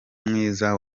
mwiza